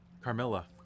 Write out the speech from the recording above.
Carmilla